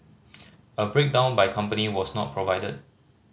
a breakdown by company was not provided